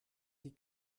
sie